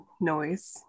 noise